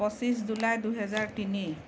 পঁচিছ জুলাই দুহেজাৰ তিনি